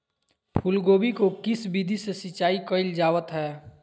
फूलगोभी को किस विधि से सिंचाई कईल जावत हैं?